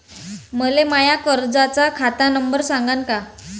मले माया कर्जाचा खात नंबर सांगान का?